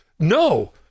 No